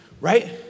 Right